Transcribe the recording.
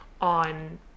on